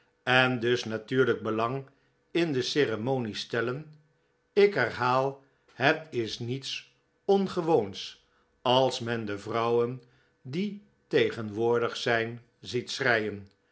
en dus natuurlijk belang in de ceremonie stellen ik herhaal het is niets ongewoons als men de vrouwen die tegenwoordig zijn ziet schreien